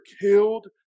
killed